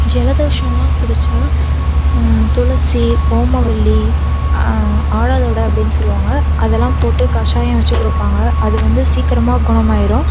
ஜலதோஷோலாம் பிடிச்சா துளசி ஓமவல்லி ஆடாதொடை அப்படின் சொல்லுவாங்க அதெலாம் போட்டு கசாயம் வச்சு கொடுப்பாங்க அது வந்து சீக்கரமாக குணமாயிரும்